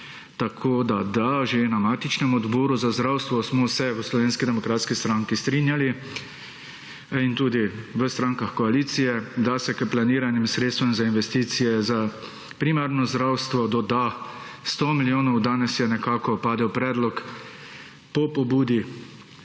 Tako, da že na matičnem Odboru za zdravstvo smo se v Slovenski demokratski stranki strinjali in tudi v strankah koalicije, da se k planiranim sredstev za investicije za primarno zdravstvo doda 100 milijonov, danes je nekako padel predlog po pobudi